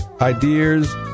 ideas